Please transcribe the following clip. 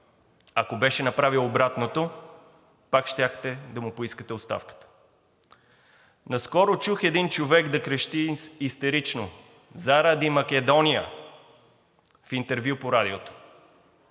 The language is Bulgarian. Ако беше направил обратното, пак щяхте да му поискате оставката. Наскоро чух един човек да крещи истерично: „Заради Македония!“ в интервю по радиото.